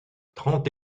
trente